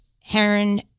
Heron